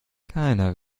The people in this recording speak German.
keiner